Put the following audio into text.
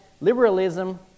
liberalism